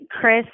chris